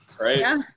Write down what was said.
Right